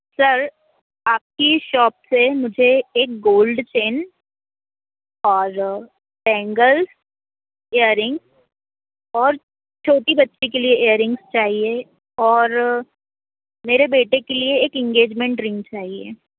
sir आपकी shop से मुझे एक गोल्ड चैन और बैंगल्स इअरिंग और छोटी बच्ची के लिए एरिंगस चाहिए और मेरे बेटे के लिए एक इनगेजमेंट रिंग चाहिए